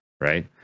right